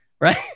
right